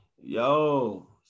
yo